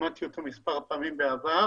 שמעתי אותו מספר פעמים בעבר.